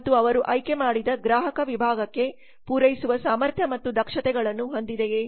ಮತ್ತು ಅವರು ಆಯ್ಕೆ ಮಾಡಿದ ಗ್ರಾಹಕ ವಿಭಾಗಕ್ಕೆ ಪೂರೈಸುವ ಸಾಮರ್ಥ್ಯ ಮತ್ತು ದಕ್ಷತೆಗಳನ್ನು ಹೊಂದಿದೆಯೇ